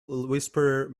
whisperer